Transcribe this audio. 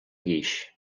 guix